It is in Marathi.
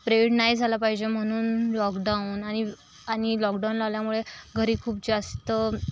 स्प्रेड नाही झालं पाहिजे म्हणून लॉकडाऊन आणि आणि लॉकडाऊन लावल्यामुळे घरी खूप जास्त